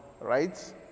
right